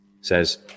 says